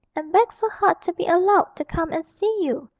and begged so hard to be allowed to come and see you.